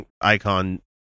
icon